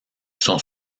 son